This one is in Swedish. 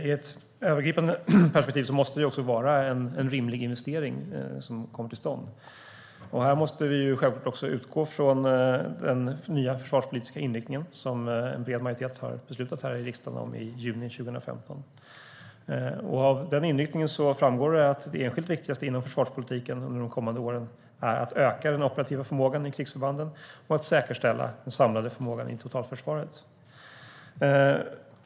I ett övergripande perspektiv måste det också vara en rimlig investering som kommer till stånd. Här måste vi självklart utgå från den nya försvarspolitiska inriktning som en bred majoritet har beslutat om här i riksdagen i juni 2015. Av den inriktningen framgår att det enskilt viktigaste inom försvarspolitiken under de kommande åren är att öka den operativa förmågan i krigsförbanden och att säkerställa den samlade förmågan i totalförsvaret.